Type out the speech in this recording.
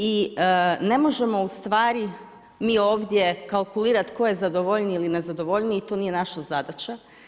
I ne možemo mi ovdje kalkulirati tko je zadovoljniji ili ne zadovoljniji, to nije naša zadaća.